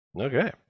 Okay